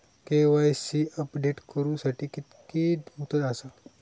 KYC update करू साठी किती मुदत आसा?